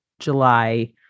July